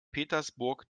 petersburg